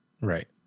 Right